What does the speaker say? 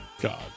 God